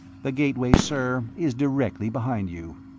the gateway, sir, is directly behind you.